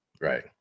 right